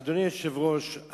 אדוני היושב-ראש,